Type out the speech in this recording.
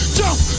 jump